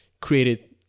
created